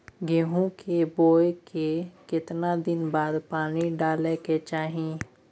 गेहूं के बोय के केतना दिन बाद पानी डालय के चाही?